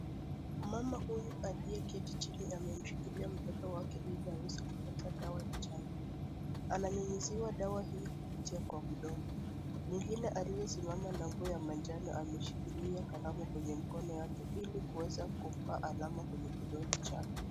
Mama huyu aliyeketi chini wamemshikilia mtoto wake ili aweze kupata dawa ya chanjo . Ana nyunyiziwa dawa hiyo kupitia kwa mdomo. Mwingine aliye simama na nguo ya manjano ameshikilia kalamu kwenye mkono wake ili kuweza kumpa alama kwenye kidole chake.